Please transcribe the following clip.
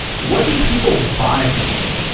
what do people buy from you?